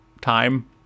time